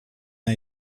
n’a